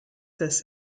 this